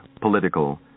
political